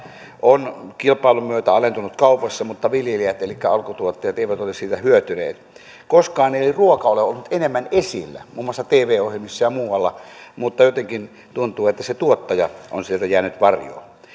on kilpailun myötä alentunut kaupoissa mutta viljelijät elikkä alkutuottajat eivät ole siitä hyötyneet koskaan ei ruoka ole ollut enemmän esillä muun muassa tv ohjelmissa ja muualla mutta jotenkin tuntuu että se tuottaja on sieltä jäänyt varjoon